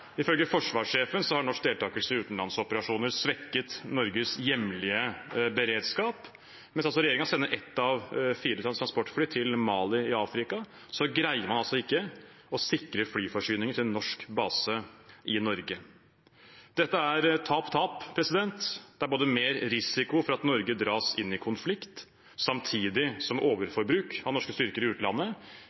Ifølge forsvarssjefen har norsk deltakelse i utenlandsoperasjoner svekket Norges hjemlige beredskap. Mens regjeringen sender ett av fire transportfly til Mali i Afrika, så greier man altså ikke å sikre flyforsyninger til en norsk base i Norge. Dette er tap-tap – det er både mer risiko for at Norge dras inn i konflikt samtidig som overforbruk av norske styrker i utlandet